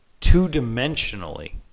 two-dimensionally